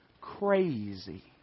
crazy